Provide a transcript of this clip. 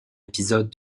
épisode